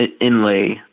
inlay